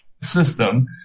system